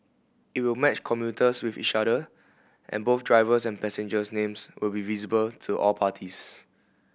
it will match commuters with each other and both drivers and passengers names will be visible to all parties